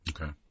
Okay